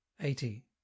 eighty